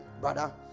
brother